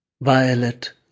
Violet